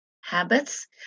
habits